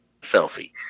selfie